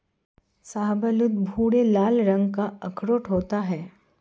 शाहबलूत भूरे लाल रंग का अखरोट होता है